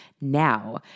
Now